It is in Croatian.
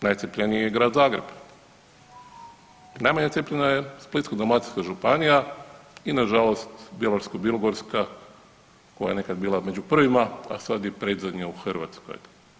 Najcjepljeniji je grad Zagreb, najmanje cijepljena je Splitsko-dalmatinska županija i na žalost Bjelovarsko-bilogorska koja je nekad bila među prvima, a sad je predzadnja u Hrvatskoj.